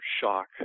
shock